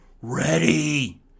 ready